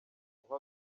uha